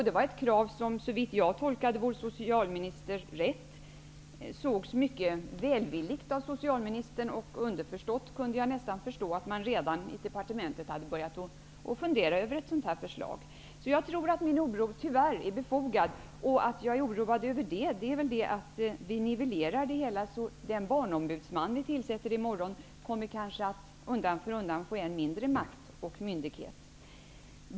Det var ett krav som, såvitt jag tolkade vår socialminister rätt, sågs mycket välvilligt av socialministern. Underförstått kunde man nästan uppfatta det så att departementet redan hade börjat fundera över ett sådant förslag. Så jag tror att min oro tyvärr är befogad. Att jag är oroad beror på att vi nivellerar det hela, så att den barnombudsman vi tillsätter i morgon kanske kommer att undan för undan få mindre makt och myndighet.